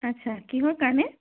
আচ্ছা কিহৰ কাৰণে